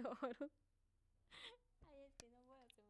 kre kara mi irawe